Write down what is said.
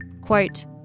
Quote